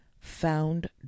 Found